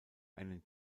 einen